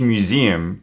Museum